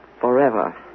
forever